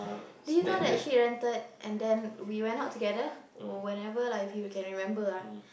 do you know that she rented and then we went out together whenever lah if you can remember ah